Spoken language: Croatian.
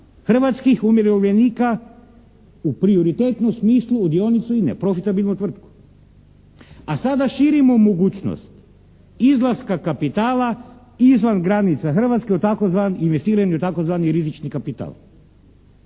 hrvatskih umirovljenika u prioritetnom smislu u dionicu INA-e, profitabilnu tvrtku. A sada širimo mogućnost izlaska kapitala izvan granica Hrvatske u tzv. investiranje u tzv. rizični kapital